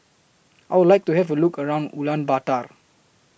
I Would like to Have A Look around Ulaanbaatar